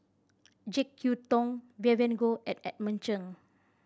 Jek Yeun Thong Vivien Goh and Edmund Cheng